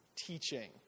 teaching